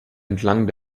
entlang